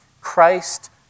Christ